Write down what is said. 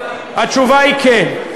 התשובה היא כן.